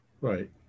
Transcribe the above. Right